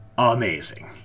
amazing